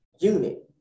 unit